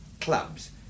Clubs